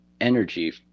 energy